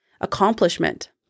accomplishment